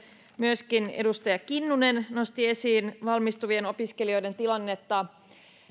myöskin edustaja kinnunen nostivat esiin valmistuvien opiskelijoiden tilannetta